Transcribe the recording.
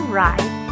right